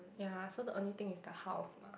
ya so the only is the house mah